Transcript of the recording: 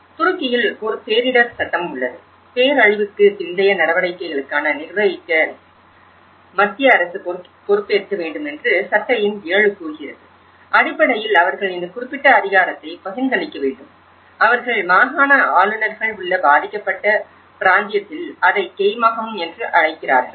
துருக்கியில் ஒரு பேரிடர் சட்டம் உள்ளது பேரழிவுக்கு பிந்தைய நடவடிக்கைகளை நிர்வகிக்க மத்திய அரசு பொறுப்பேற்க வேண்டும் என்று சட்ட எண் 7 கூறுகிறது அடிப்படையில் அவர்கள் இந்த குறிப்பிட்ட அதிகாரத்தை பகிர்ந்தளிக்க வேண்டும் அவர்கள் மாகாண ஆளுநர்கள் உள்ள பாதிக்கப்பட்ட பிராந்தியத்தில் அதை கெய்மகம் என்று அழைக்கிறார்கள்